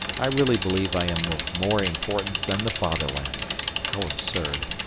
i really believe i am of more importance than the fatherland how absurd.